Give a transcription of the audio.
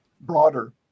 broader